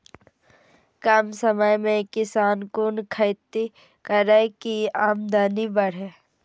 कम समय में किसान कुन खैती करै की आमदनी बढ़े?